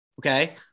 Okay